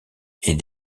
est